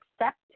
accept